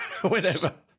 Whenever